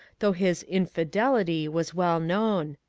though his infidelity was well known.